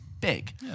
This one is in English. big